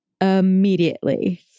immediately